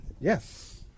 yes